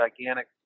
gigantic